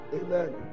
Amen